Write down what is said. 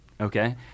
Okay